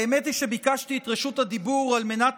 האמת היא שביקשתי את רשות הדיבור על מנת